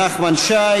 נחמן שי,